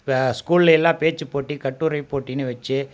ஸ்கூல்லயெல்லாம் பேச்சுப் போட்டி கட்டுரைப் போட்டின்னு வச்சு